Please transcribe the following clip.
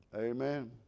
Amen